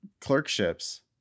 clerkships